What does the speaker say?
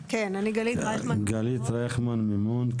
גלית רייכמן מימון,